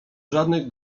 żadnych